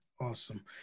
awesome